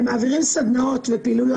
הם מעבירים סדנאות ופעילויות,